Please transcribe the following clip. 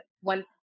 one